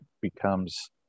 becomes